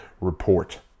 report